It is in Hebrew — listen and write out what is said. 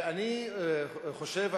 ואני חושב,